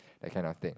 that kind of thing